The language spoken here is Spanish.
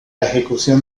ejecución